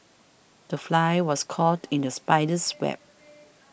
the fly was caught in the spider's web